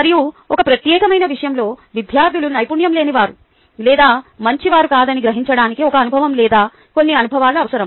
మరియు ఒక ప్రత్యేకమైన విషయంలో విద్యార్థులు నైపుణ్యం లేనివారు లేదా మంచివారు కాదని గ్రహించడానికి ఒక అనుభవం లేదా కొన్ని అనుభవాలు అవసరం